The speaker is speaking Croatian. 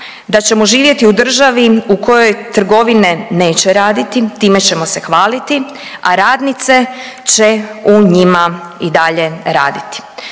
da ćemo živjeti u državi u kojoj trgovine neće raditi, time ćemo se hvaliti, a radnice će u njima i dalje raditi.